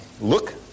look